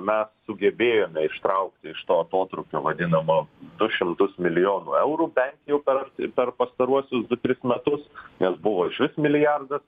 mes sugebėjome ištraukti iš to atotrūkio vadinamo du šimtus milijonų eurų bent jau per per pastaruosius tris metus nes buvo iš vis milijardas